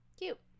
Cute